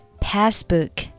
passbook